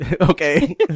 okay